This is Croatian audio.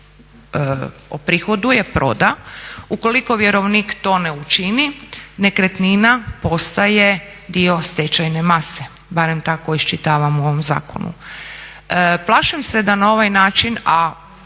oprihoduje, proda. Ukoliko vjerovnik to ne učini nekretnina postaje dio stečajne mase, barem tako iščitavam u ovom zakonu. Plašim se da na ovaj način,